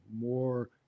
more